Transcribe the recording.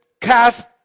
cast